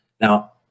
Now